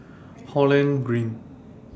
Holland Green